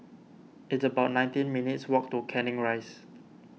it's about nineteen minutes' walk to Canning Rise